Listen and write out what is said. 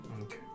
Okay